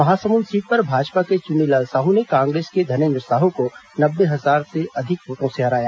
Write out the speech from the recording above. Mahasamund seat पर भाजपा के चुन्नीलाल साहू ने कांग्रेस के धनेन्द्र साहू को नब्बे हजार से अधिक वोटों से हराया